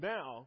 Now